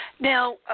Now